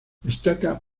destaca